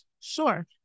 Sure